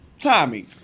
Tommy